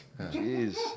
Jeez